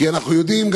כי אנחנו יודעים,